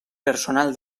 personal